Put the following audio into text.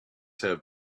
have